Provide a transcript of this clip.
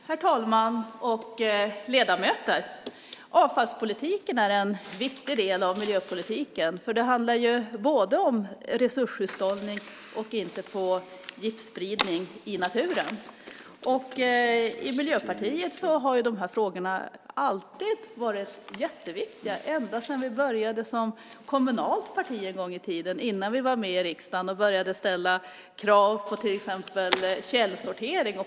Herr talman! Ledamöter! Avfallspolitiken är en viktig del av miljöpolitiken, för det handlar ju både om resurshushållning och om att inte sprida gifter i naturen. I Miljöpartiet har de här frågorna alltid varit jätteviktiga, ända sedan vi började som kommunalt parti en gång i tiden innan vi var med i riksdagen och började ställa krav på till exempel källsortering.